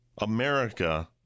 America